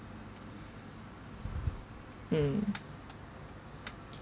mm